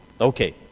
Okay